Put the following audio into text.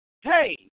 hey